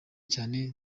cyane